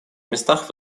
местах